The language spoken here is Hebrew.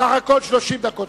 בסך הכול 30 דקות.